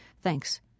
Thanks